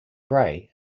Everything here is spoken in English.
gray